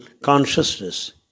consciousness